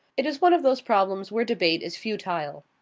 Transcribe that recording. it is one of those problems where debate is futile.